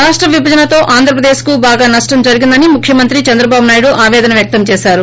రాష్ట విభజనతో ఆంధ్రప్రదేశ్ కు బాగా నష్టం జరిగిందని ముఖ్యమంత్రి చంద్రబాబునాయుడు ఆవేదన వ్యక్తం చేశారు